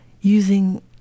using